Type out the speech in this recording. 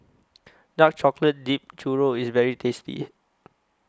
Dark Chocolate Dipped Churro IS very tasty